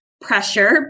pressure